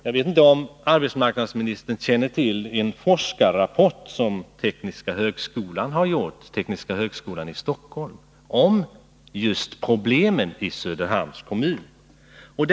Jag vet inte om arbetsmarknadsministern känner till en forskarrapport som Tekniska högskolan i Stockholm har sammanställt om just problemen i Söderhamns kommun.